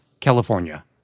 California